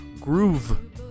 Groove